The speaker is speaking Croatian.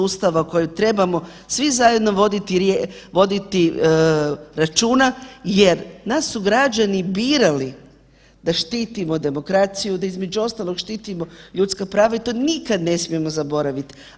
Ustava o kojoj trebamo svi zajedno voditi računa jer nas su građani birali da štitimo demokraciju, da između ostalog štitimo ljudska prava i to nikada ne smijemo zaboraviti.